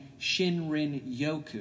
Shinrin-yoku